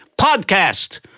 podcast